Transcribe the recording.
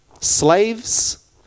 slaves